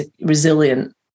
resilient